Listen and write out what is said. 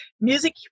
Music